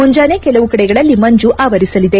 ಮುಂಜಾನೆ ಕೆಲವು ಕಡೆಗಳಲ್ಲಿ ಮಂಜು ಆವರಿಸಲಿದೆ